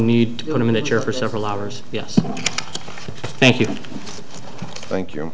a miniature for several hours yes thank you thank you